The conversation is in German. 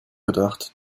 gedacht